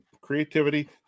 creativity